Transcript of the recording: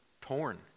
torn